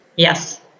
Yes